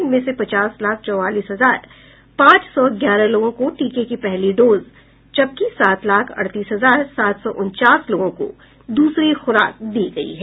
इनमें से पचास लाख चौवालीस हजार पांच सौ ग्यारह लोगों को टीके की पहली डोज जबकि सात लाख अड़तीस हजार सात सौ उनचास लोगों को दूसरी ख़्राक दी गयी है